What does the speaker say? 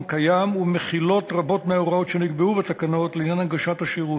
קיים ורבות מההוראות שנקבעו בתקנות לעניין הנגשת השירות.